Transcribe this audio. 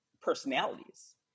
personalities